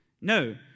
No